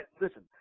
listen